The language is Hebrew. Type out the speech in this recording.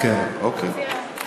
אוקיי,